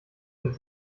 wird